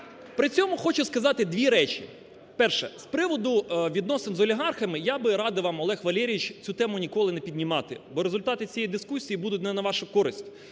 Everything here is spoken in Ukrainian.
При цьому хочу сказати дві речі. Перше. З приводу відносин з олігархами я би радив вам, Олег Валерійович, цю тему ніколи не піднімати, бо результати цієї дискусії будуть не на вашу користь.